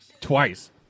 twice